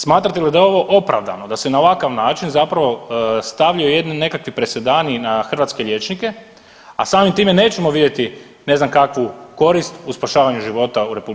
Smatrate li da je ovo opravdano da se na ovakav način zapravo stavljaju jedni nekakvi presedani na hrvatske liječnike, a samim time nećemo vidjeti ne znam kakvu korist u spašavanju života u RH?